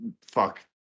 fuck